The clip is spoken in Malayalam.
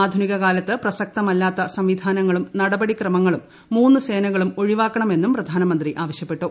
ആധുനികകാലത്ത് പ്രസക്തമല്ലാത്തിൽ സംവിധാനങ്ങളും നടപടിക്രമങ്ങളും മൂന്നു സ്ന്ധ്യകളും ഒഴിവാക്കണമെന്നും പ്രധാനമന്ത്രി ആവശ്യപ്പെട്ടു